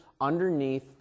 underneath